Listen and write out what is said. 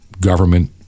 government